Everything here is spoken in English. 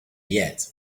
yet